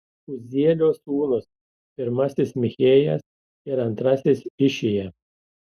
uzielio sūnūs pirmasis michėjas ir antrasis išija